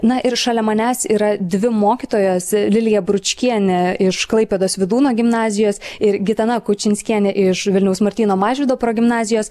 na ir šalia manęs yra dvi mokytojos lilija bručkienė iš klaipėdos vydūno gimnazijos ir gitana kučinskienė iš vilniaus martyno mažvydo progimnazijos